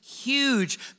huge